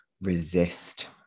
resist